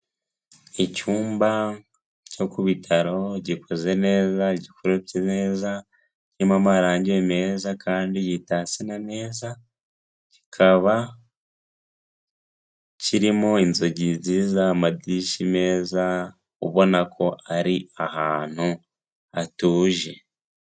Icyumba cyo kubitaro gikoze neza gikoropye neza kirimo amarangi meza kandi gitatse na neza, kikaba kirimo inzugi nziza amadirishya meza ubona ko ari ahantu hatuje.